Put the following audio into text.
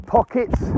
Pockets